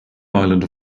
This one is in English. island